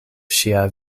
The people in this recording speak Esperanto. ŝia